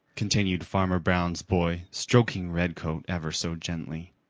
continued farmer brown's boy, stroking redcoat ever so gently.